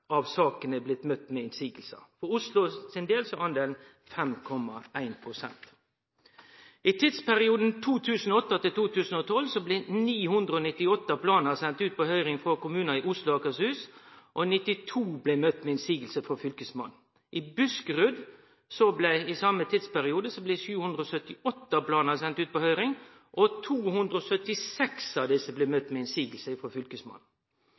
av sakene blitt møtt med motsegn. For Oslos del er talet 5,1 pst. I tidsperioden 2008–2012 blei 998 planar sende ut på høyring frå kommunar i Oslo og Akershus, og 92 blei møtt med motsegn frå Fylkesmannen. I Buskerud blei i same tidsperiode 778 planar sende ut på høyring, og 276 av desse blei møtt med motsegn frå Fylkesmannen.